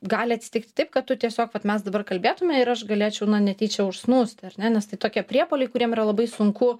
gali atsitikti taip kad tu tiesiog vat mes dabar kalbėtume ir aš galėčiau netyčia užsnūsti ar ne nes tai tokie priepuoliai kuriem yra labai sunku